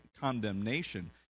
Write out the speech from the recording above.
condemnation